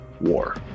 war